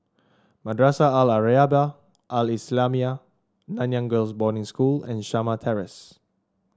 Madrasah Al Arabiah Al Islamiah Nanyang Girls' Boarding School and Shamah Terrace